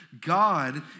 God